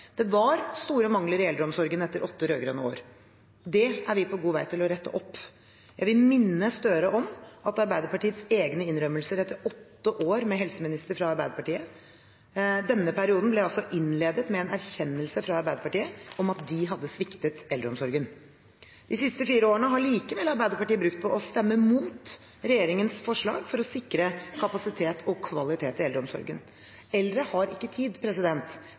Det var store mangler i eldreomsorgen etter åtte rød-grønne år. Det er vi på god vei til å rette opp. Jeg vil minne representanten Gahr Støre om Arbeiderpartiets egne innrømmelser etter åtte år med helseminister fra Arbeiderpartiet. Denne perioden ble innledet med en erkjennelse fra Arbeiderpartiet av at de hadde sviktet eldreomsorgen. De siste fire årene har Arbeiderpartiet likevel brukt på å stemme imot regjeringens forslag for å sikre kapasitet og kvalitet i eldreomsorgen. Eldre har ikke tid